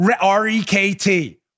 R-E-K-T